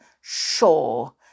sure